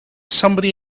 somebody